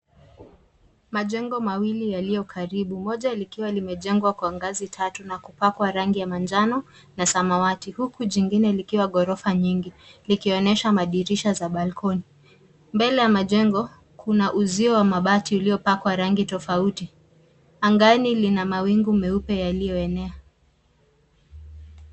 Majegno mawili yaliyo karibu, moja likiwa limejengwa kwa ngazi tatu na kupakwa rangi ya manajno na samawati huku jingine likiwa ghorofa nyingi, likionyesha madirisha za palikoni. Mbele ya majengo, kuna uzio wa mabati uliopakwa rangi tofauti. Angani lina mawingu meupe yaliyoenea.